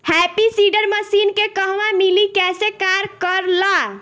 Happy seeder machine के कहवा मिली कैसे कार कर ला?